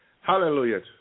Hallelujah